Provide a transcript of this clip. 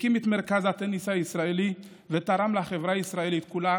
הקים את מרכז הטניס הישראלי ותרם לחברה הישראלית כולה,